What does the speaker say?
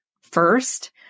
first